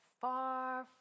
far